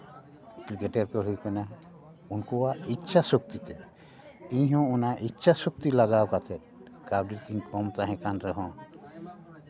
cricketer ᱠᱚ ᱦᱩᱭ ᱟᱠᱟᱱᱟ ᱩᱱᱠᱩᱣᱟᱜ ᱤᱪᱪᱷᱟ ᱥᱚᱠᱛᱤᱛᱮ ᱤᱧᱦᱚᱸ ᱚᱱᱟ ᱤᱪᱪᱷᱟ ᱥᱚᱠᱛᱤ ᱞᱟᱜᱟᱣ ᱠᱟᱛᱮᱫ ᱠᱟᱹᱣᱰᱤ ᱛᱤᱧ ᱠᱚᱢ ᱛᱟᱦᱮᱸ ᱠᱟᱱ ᱨᱮᱦᱚᱸ